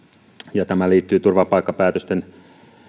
ja tämä liittyy turvapaikkapäätösten